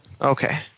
Okay